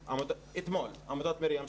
אתמול עמותת 'מרים',